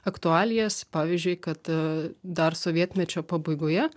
aktualijas pavyzdžiui kad dar sovietmečio pabaigoje